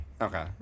Okay